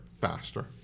faster